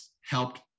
helped